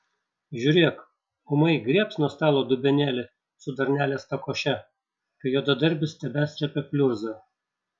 žiūrėk ūmai griebs nuo stalo dubenėlį su dar neliesta koše kai juodadarbis tebesrebia pliurzą